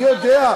מי יודע?